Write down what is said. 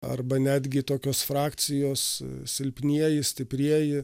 arba netgi tokios frakcijos silpnieji stiprieji